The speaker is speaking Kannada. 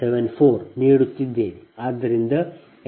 2174 ನೀಡುತ್ತಿದ್ದೇನೆ